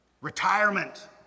retirement